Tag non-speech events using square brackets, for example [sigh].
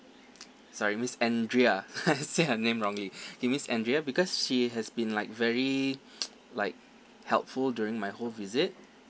sorry miss andrea [laughs] I say her name wrongly [breath] okay miss andrea because she has been like very [noise] like helpful during my whole visit